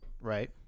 Right